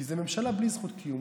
כי זאת ממשלה בלי זכות קיום,